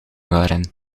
waren